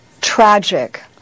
tragic